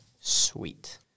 Sweet